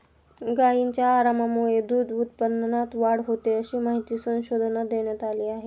गायींच्या आरामामुळे दूध उत्पादनात वाढ होते, अशी माहिती संशोधनात देण्यात आली आहे